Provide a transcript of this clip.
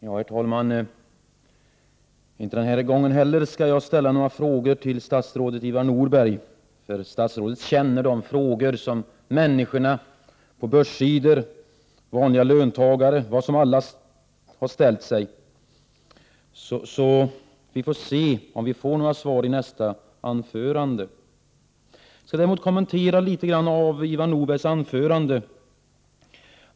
Herr talman! Inte heller den här gången skall jag ställa några frågor till statsrådet Ivar Nordberg, för statsrådet känner de frågor som ställs av dem som skriver på börssidor, av vanliga löntagare osv. Vi får se om vi får några svar i nästa anförande. Jag skall däremot kommentera litet av Ivar Nordbergs anförande.